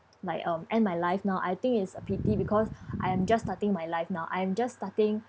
like um end my life now I think it's a pity because I am just starting my life now I am just starting